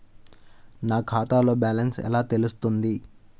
నా ఖాతాలో బ్యాలెన్స్ ఎలా తెలుస్తుంది?